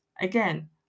again